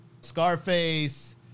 Scarface